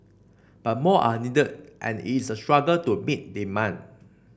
but more are needed and it is a struggle to meet demand